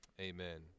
Amen